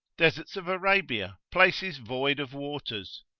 deserts of arabia, places void of waters,